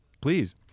please